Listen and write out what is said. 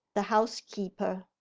the housekeeper.